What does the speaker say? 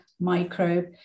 microbe